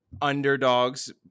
underdogs